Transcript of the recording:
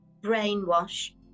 brainwash